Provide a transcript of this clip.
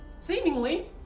Seemingly